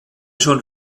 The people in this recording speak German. schon